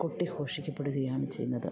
കൊട്ടിഘോഷിക്കപ്പെടുകയാണ് ചെയ്യുന്നത്